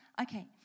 Okay